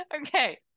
Okay